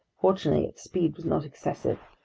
fortunately its speed was not excessive.